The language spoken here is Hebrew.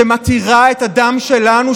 שמתירה את הדם שלנו,